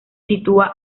sitúa